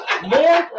More